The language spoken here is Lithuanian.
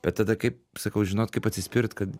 bet tada kaip sakau žinot kaip atsispirt kad